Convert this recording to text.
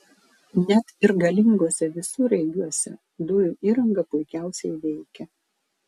net ir galinguose visureigiuose dujų įranga puikiausiai veikia